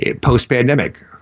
post-pandemic